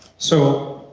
so,